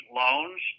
loans